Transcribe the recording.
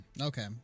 Okay